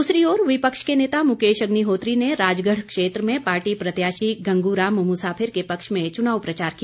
दूसरी ओर विपक्ष के नेता मुकेश अग्निहोत्री ने राजगढ़ क्षेत्र में पार्टी प्रत्याशी गंगूराम मुसाफिर के पक्ष में चुनाव प्रचार किया